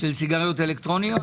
סיגריות אלקטרוניות?